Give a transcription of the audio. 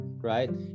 right